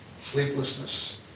sleeplessness